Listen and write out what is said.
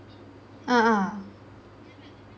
ah ah